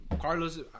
Carlos